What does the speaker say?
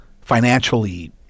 financially